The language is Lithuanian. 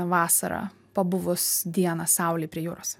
vasara pabuvus dieną saulėj prie jūros